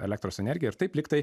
elektros energiją ir taip lyg tai